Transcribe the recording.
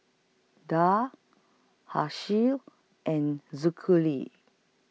Dhia and